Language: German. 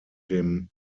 dem